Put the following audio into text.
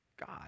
God